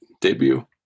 debut